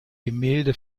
gemälde